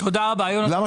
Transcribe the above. אז למה שישלמו?